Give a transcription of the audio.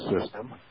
system